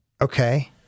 Okay